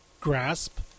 grasp